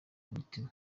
mutima